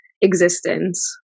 existence